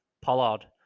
Pollard